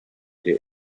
der